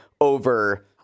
over